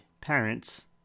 parents